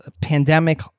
pandemic